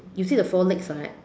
you see the four legs right